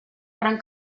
gran